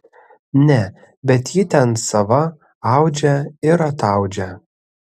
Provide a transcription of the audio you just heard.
ne bet ji ten sava audžia ir ataudžia